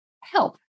help